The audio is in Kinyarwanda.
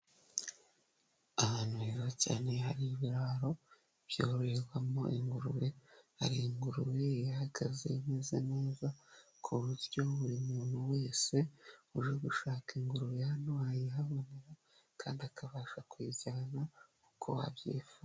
Ahantu heza cyane hari ibiraro byoroherwamo ingurube, hari ingurube ihagaze imeze neza ku buryo buri muntu wese uje gushaka ingurube hano ayihabona kandi akabasha kuyijyana nk'uko abyifuza.